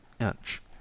inch